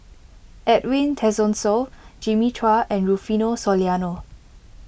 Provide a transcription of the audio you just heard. Edwin Tessensohn Jimmy Chua and Rufino Soliano